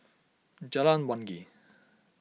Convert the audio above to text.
Jalan Wangi